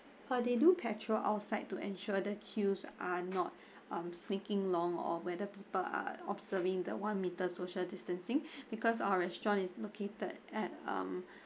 uh they do patrol outside to ensure the queue are not um sneaking long or whether people are observing the one meter social distancing because our restaurant is located at um